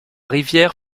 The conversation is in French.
rivière